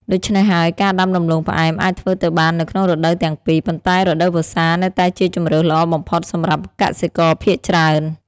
ដូច្នេះហើយ ការដាំដំឡូងផ្អែមអាចធ្វើទៅបាននៅក្នុងរដូវទាំងពីរ ប៉ុន្តែរដូវវស្សានៅតែជាជម្រើសល្អបំផុតសម្រាប់កសិករភាគច្រើន។